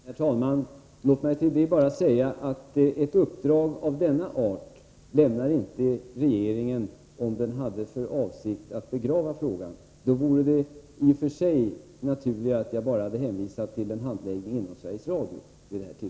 Herr talman! Låt mig till det bara säga att regeringen inte skulle lämna ett uppdrag av denna art om den hade för avsikt att begrava frågan. Då hade det varit naturligare att jag vid det här tillfället hänvisat enbart till en handläggning inom Sveriges Radio.